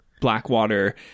Blackwater